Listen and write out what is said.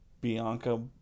Bianca